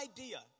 idea